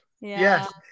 Yes